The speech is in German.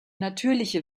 natürliche